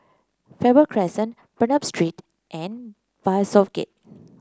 Faber Crescent Bernam Street and Bishopsgate